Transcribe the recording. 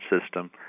system